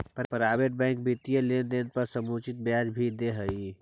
private bank वित्तीय लेनदेन पर समुचित ब्याज भी दे हइ